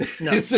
No